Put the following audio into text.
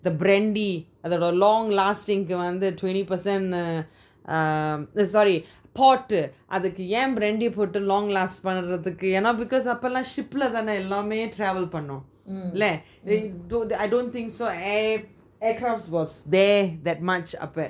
the brandy அதுஒட:athuoda long lasting கு வந்து:ku vanthu twenty percent err um sorry pot eh அதுக்கு ஏன்:athuku yean brandy போட்டு:potu long last பண்றதுக்கு என்ன அப்போல்லாம்:panrathuku yenna apolam ship lah தான:thaana travel பண்ணோம்:pannom leh they do I don't think so air aircraft was there that much அப்ப:apa